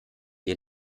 ihr